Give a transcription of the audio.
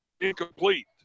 incomplete